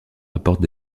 apportent